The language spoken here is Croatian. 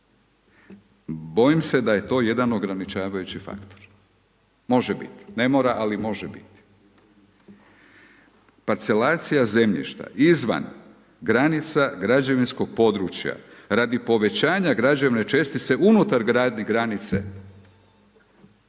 Bojim se da je to jedan ograničavajući faktor. Može biti, ne mora ali može biti. Parcelacija zemljišta izvan granica građevinskog područja radi povećanja građevne čestice unutar granice,